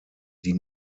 die